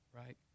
right